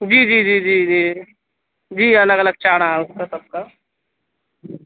جی جی جی جی جی جی الگ الگ چارہ ہے اس کا سب کا